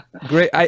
Great